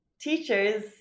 teachers